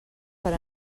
per